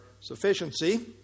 sufficiency